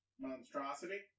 monstrosity